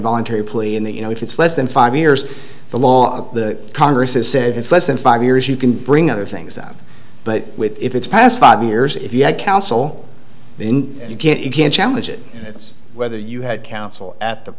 involuntary plea in the you know if it's less than five years the law the congress has said it's less than five years you can bring other things up but with if it's past five years if you had counsel the in you can't you can't challenge it it's whether you had counsel at the